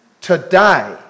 Today